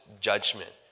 judgment